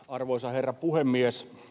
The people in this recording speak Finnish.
arvoisa herra puhemies